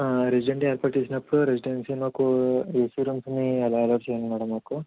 resident ఏర్పాటు చేసినప్పుడు residency మాకూ ఏసీ రూమ్స్ని అలాట్ చేయండి మేడమ్ మాకు